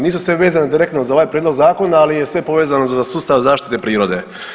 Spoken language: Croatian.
Nisu sve vezane direktno za ovaj prijedlog zakona ali je sve povezano za sustav zaštite prirode.